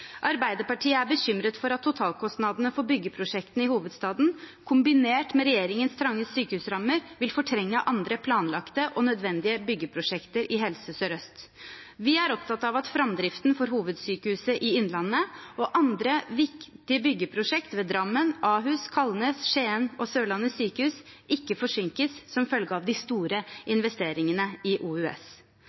Arbeiderpartiet er bekymret for at totalkostnadene for byggeprosjektene i hovedstaden, kombinert med regjeringens trange sykehusrammer, vil fortrenge andre planlagte og nødvendige byggeprosjekter i Helse Sør-Øst. Vi er opptatt av at framdriften for hovedsykehuset i Innlandet og andre viktige byggeprosjekt ved Drammen, Ahus, Kalnes, Skien og Sørlandet sykehus ikke forsinkes som følge av de store investeringene i OUS.